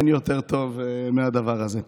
אין יותר טוב מהדבר הזה.